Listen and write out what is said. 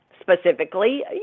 specifically